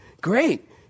great